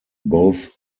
both